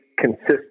consistent